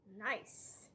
Nice